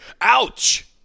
Ouch